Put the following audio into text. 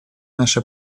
наша